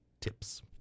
tips